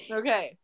okay